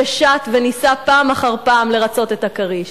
ששט וניסה פעם אחר פעם לרצות את הכריש.